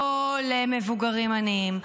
לא למבוגרים עניים.